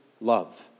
love